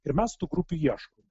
ir mes tų grupių ieškome